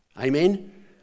Amen